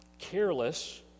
careless